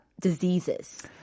diseases